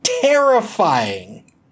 terrifying